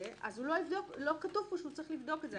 אז לא כתוב פה שהוא צריך לבדוק את זה.